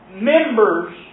members